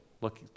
Look